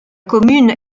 commune